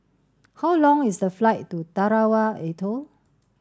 how long is the flight to Tarawa Atoll